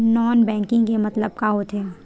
Non banking के मतलब का होथे?